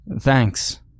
Thanks